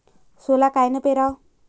सोला कायनं पेराव?